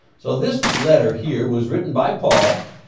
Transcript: so this letter here was written by paul